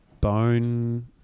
Bone